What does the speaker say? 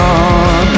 on